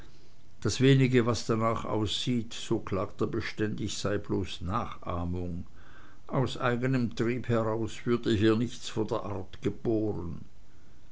das wenige was danach aussieht so klagt er beständig sei bloß nachahmung aus eignem trieb heraus würde hier nichts der art geboren